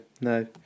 no